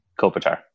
Kopitar